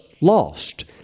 lost